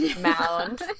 mound